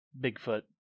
Bigfoot